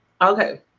Okay